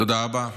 תודה רבה.